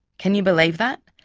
can you believe that?